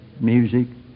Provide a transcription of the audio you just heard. music